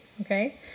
Okay